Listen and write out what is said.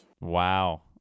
Wow